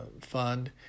fund